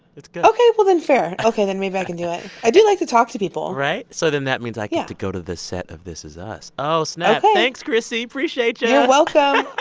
it's good ok. well, then, fair. ok, then maybe i can do it. i do like to talk to people right? so then, that means i get to go to the set of this is us. oh, snap ok thanks, chrissy. appreciate you you're welcome.